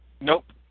Nope